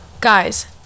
Guys